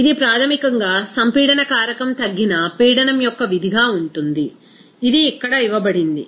ఇది ప్రాథమికంగా సంపీడన కారకం తగ్గిన పీడనం యొక్క విధిగా ఉంటుంది ఇది ఇక్కడ ఇవ్వబడింది